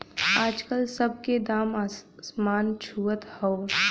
आजकल सब के दाम असमान छुअत हौ